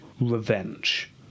Revenge